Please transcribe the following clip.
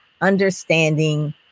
understanding